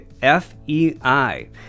FEI